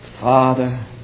Father